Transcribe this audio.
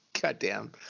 Goddamn